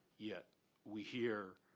yet we hear